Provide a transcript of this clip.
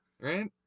right